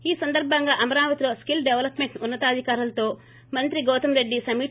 ఈ సందర్బంగా అమరావతిలో స్కిల్ డెవలప్మెంట్ ఉన్నతాధికారులతో మంత్రి గౌతమ్రెడ్డి సమీక